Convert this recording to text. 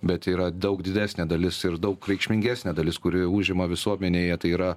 bet tai yra daug didesnė dalis ir daug reikšmingesnė dalis kuri užima visuomenėje tai yra